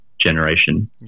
generation